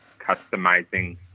customizing